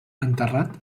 enterrat